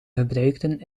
gebruikten